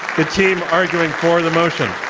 the team arguing for the motion